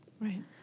Right